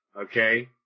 okay